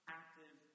active